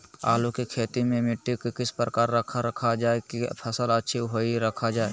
आलू की खेती में मिट्टी को किस प्रकार रखा रखा जाए की फसल अच्छी होई रखा जाए?